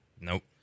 Nope